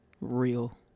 real